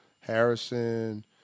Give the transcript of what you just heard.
Harrison